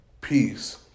peace